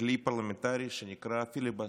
בכלי פרלמנטרי שנקרא "פיליבסטר".